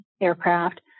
aircraft